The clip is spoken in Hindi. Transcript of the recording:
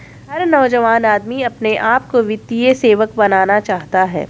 हर नौजवान आदमी अपने आप को वित्तीय सेवक बनाना चाहता है